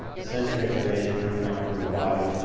sensory information coming up from the body,